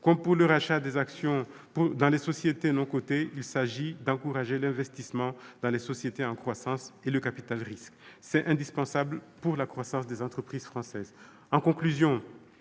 Comme pour le rachat des actions dans les sociétés non cotées, il s'agit d'encourager l'investissement dans les sociétés en croissance et le capital-risque. C'est indispensable pour la croissance des entreprises françaises.